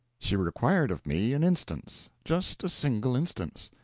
she required of me an instance just a single instance.